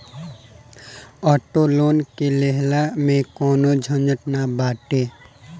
auto loan के लेहला में कवनो ढेर झंझट नाइ बाटे